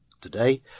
Today